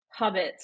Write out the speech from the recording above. hobbits